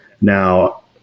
Now